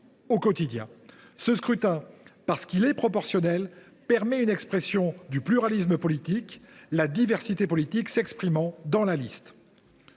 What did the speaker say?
au quotidien. Le scrutin proportionnel permet une expression du pluralisme politique, la diversité politique s’exprimant dans la liste.